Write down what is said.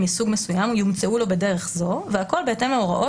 מסוג מסוים יומצאו לו בדרך זו והכול בהתאם להוראות